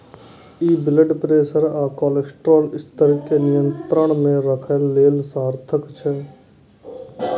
ई blood pressure आ cholesterol स्तर कें नियंत्रण मे राखै लेल सार्थक छै